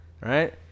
right